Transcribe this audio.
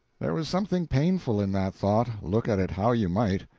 there was something painful in that thought, look at it how you might.